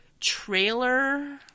trailer